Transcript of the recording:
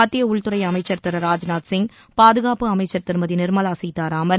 மத்திய உள்துறை அமைச்சர் திரு ராஜ்நாத் சிங் பாதுகாப்பு அமைச்சர் திருமதி நிர்மலா சீத்தாராமன்